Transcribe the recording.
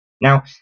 Now